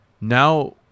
now